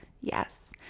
yes